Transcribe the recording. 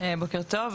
בוקר טוב,